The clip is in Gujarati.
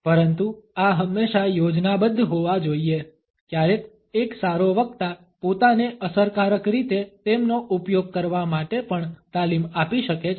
પરંતુ આ હંમેશા યોજનાબદ્ધ હોવા જોઈએ ક્યારેક એક સારો વક્તા પોતાને અસરકારક રીતે તેમનો ઉપયોગ કરવા માટે પણ તાલીમ આપી શકે છે